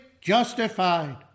justified